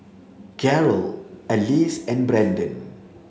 Gerold Alyse and Brendan